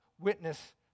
witness